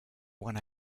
one